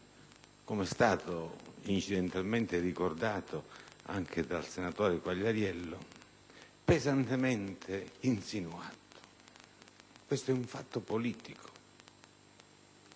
come è stato incidentalmente ricordato anche dal senatore Quagliariello - pesantemente insinuato: è un fatto politico.